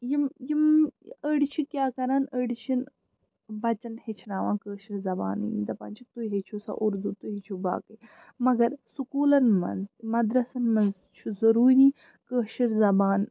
یِم یِم أڑۍ چھِ کیٛاہ کَران أڑۍ چھِنہٕ بَچَن ہیٚچھناوان کٲشِر زَبانٕے دَپان چھِکھ تُہۍ ہیٚچھِو سا اُردو تُہۍ ہیٚچھِو باقٕے مگر سکوٗلَن منٛز مَدرَسَن منٛز چھُ ضروٗری کٲشِر زَبان